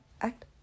Act